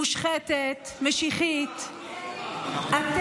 מושחתת, משיחית, חצופה, חצופה.